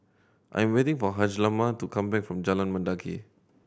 I am waiting for Hjalmer to come back from Jalan Mendaki